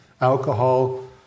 alcohol